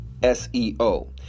SEO